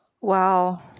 Wow